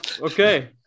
okay